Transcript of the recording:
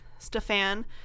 Stefan